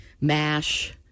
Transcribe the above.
MASH